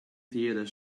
theatre